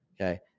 okay